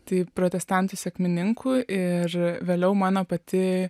tai protestantų sekmininkų ir vėliau mano pati